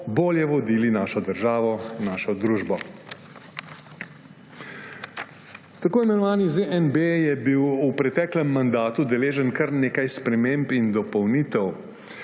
bolje vodili našo državo, našo družbo. Tako imenovani ZNB je bil v preteklem mandatu deležen kar nekaj sprememb in dopolnitev.